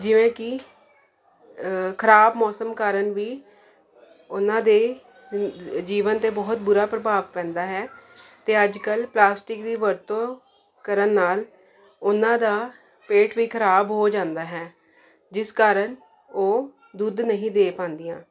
ਜਿਵੇਂ ਕਿ ਖਰਾਬ ਮੌਸਮ ਕਾਰਨ ਵੀ ਉਹਨਾਂ ਦੇ ਜੀਵਨ 'ਤੇ ਬਹੁਤ ਬੁਰਾ ਪ੍ਰਭਾਵ ਪੈਂਦਾ ਹੈ ਅਤੇ ਅੱਜ ਕੱਲ੍ਹ ਪਲਾਸਟਿਕ ਦੀ ਵਰਤੋਂ ਕਰਨ ਨਾਲ ਉਹਨਾਂ ਦਾ ਪੇਟ ਵੀ ਖਰਾਬ ਹੋ ਜਾਂਦਾ ਹੈ ਜਿਸ ਕਾਰਨ ਉਹ ਦੁੱਧ ਨਹੀਂ ਦੇ ਪਾਉਂਦੀਆਂ